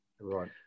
Right